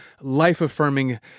life-affirming